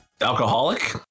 alcoholic